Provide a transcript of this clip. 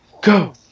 Go